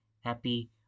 happy